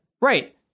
Right